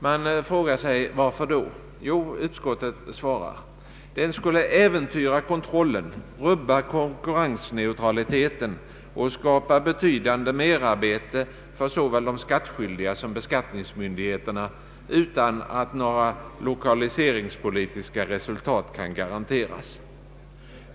”Varför då?” frågar man sig. Jo, utskottet svarar att den ”skulle äventyra kontrollen, rubba konkurrensneutraliteten och skapa betydande merarbete för såväl de skattskyldiga som beskattningsmyndigheterna utan att några lokaliseringspolitiska resultat kan garanteras”.